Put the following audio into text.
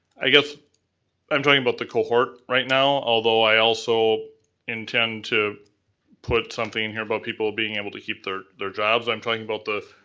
i guess i'm talking about the cohort right now, although i also intend to put something in here about people being able to keep their their jobs. i'm talking about the.